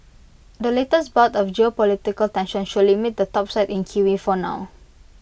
the latest bout of geopolitical tensions should limit the topside in kiwi for now